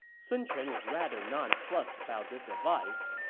sun quan was rather nonplussed about this advice.